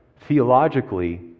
theologically